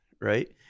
right